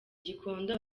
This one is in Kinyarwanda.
gikondo